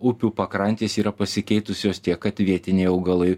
upių pakrantės yra pasikeitusios tiek kad vietiniai augalai